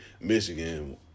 Michigan